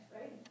right